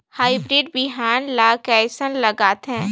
Hybrid बिहान ला कइसन लगाथे?